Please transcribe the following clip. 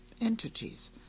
entities